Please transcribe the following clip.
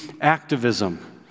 activism